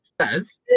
says